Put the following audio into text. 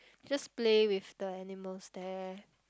just play with the animals there